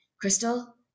Crystal